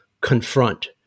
confront